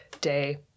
day